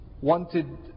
wanted